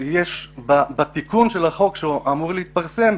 יש בתיקון של החוק שאמור להתפרסם,